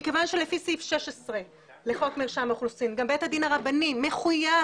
מכיוון שלפי סעיף 16 לחוק מרשם האוכלוסין גם בית הדין הרבני מחויב